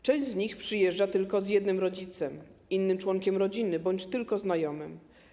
Część z nich przyjeżdża tylko z jednym rodzicem, innym członkiem rodziny, bądź tylko ze znajomym.